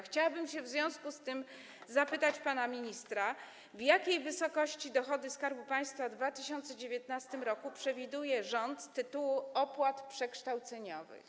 Chciałabym w związku z tym zapytać pana ministra, w jakiej wysokości dochody Skarbu Państwa w 2019 r. przewiduje rząd z tytułu opłat przekształceniowych.